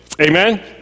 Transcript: Amen